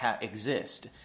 exist